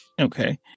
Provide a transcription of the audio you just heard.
Okay